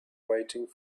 waiting